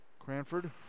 Cranford